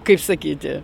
kaip sakyti